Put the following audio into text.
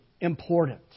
important